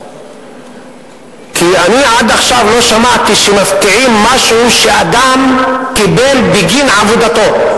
כי עד עכשיו לא שמעתי שמפקיעים משהו שאדם קיבל בגין עבודתו.